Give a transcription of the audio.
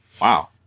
Wow